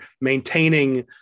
maintaining